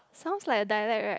sounds like a dialect right